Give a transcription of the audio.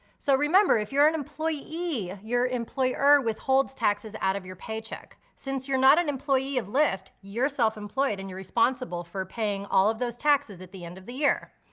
so remember, if you're an employee your employer withholds taxes out of your paycheck. since you're not an employee of lyft, you're self-employed and you're responsible for paying all of those taxes at the end of the year.